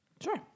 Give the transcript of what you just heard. Sure